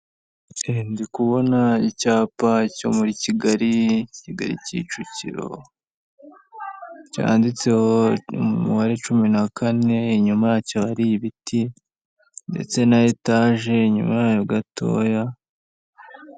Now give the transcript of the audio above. Ndi kubona icyapa cyo muri Kigali, kigali Kicukiro cyanditseho umubare cumi na kane, inyuma yacyo hari ibiti ndetse na etaje inyuma gatoya.